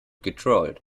getrollt